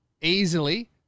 easily